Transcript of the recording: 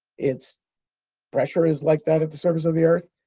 its pressure is like that at the surface of the earth.